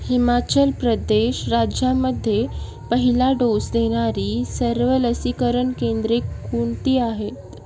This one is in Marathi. हिमाचल प्रदेश राज्यामध्ये पहिला डोस देणारी सर्व लसीकरण केंद्रे कोणती आहेत